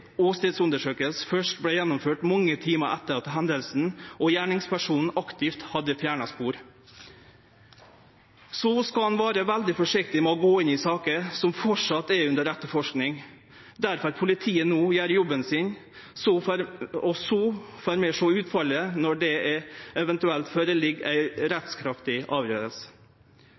først vart gjennomført mange timar etter hendinga, og gjerningspersonane aktivt hadde fjerna spor. Så skal ein vere veldig forsiktig med å gå inn i saker som framleis er under etterforsking. Der får politiet no gjere jobben sin, og så får vi sjå på utfallet når det eventuelt ligg føre ei rettskraftig